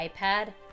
iPad